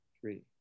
three